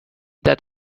that